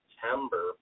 September